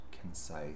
concise